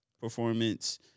performance